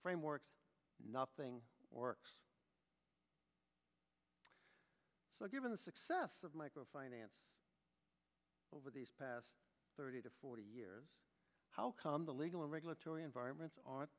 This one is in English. framework nothing works well given the success of micro finance over these past thirty to forty years how come the legal regulatory environments are